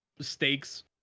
stakes